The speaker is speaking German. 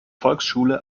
volksschule